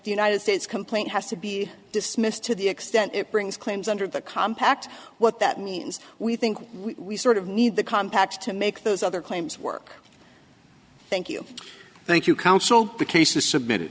the united states complaint has to be dismissed to the extent it brings claims under the compact what that means we think we sort of need the compact to make those other claims work thank you thank you council the case is submitted